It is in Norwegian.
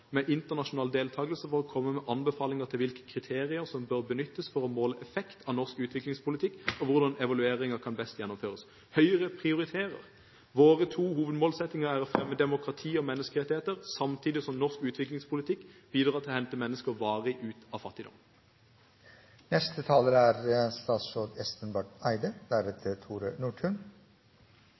med internasjonal deltakelse for å komme med anbefalinger til hvilke kriterier som bør benyttes for å måle effekt av norsk utviklingspolitikk, og hvordan evalueringer best kan gjennomføres. Høyre prioriterer. Våre to hovedmålsettinger er å fremme demokrati og menneskerettigheter samtidig som norsk utviklingspolitikk bidrar til å hente mennesker varig ut av